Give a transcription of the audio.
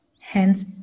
hence